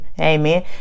Amen